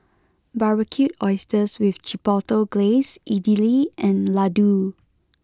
Barbecued Oysters with Chipotle Glaze Idili and Ladoo